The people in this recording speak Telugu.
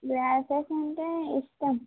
గ్లాసెస్ అంటే ఇస్తాం